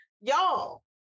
y'all